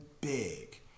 big